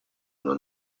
una